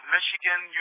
Michigan